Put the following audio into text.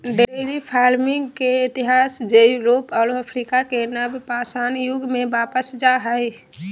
dairy farming के इतिहास जे यूरोप और अफ्रीका के नवपाषाण युग में वापस जा हइ